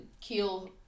kill